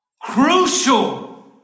crucial